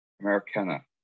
Americana